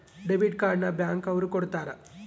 debit card ನ bank ಅವ್ರು ಕೊಡ್ತಾರ